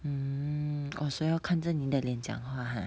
mm orh so 要看着你的脸讲话 ha